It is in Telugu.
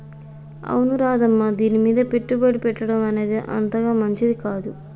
అవును రాధమ్మ దీనిమీద పెట్టుబడి పెట్టడం అనేది అంతగా మంచిది కాదు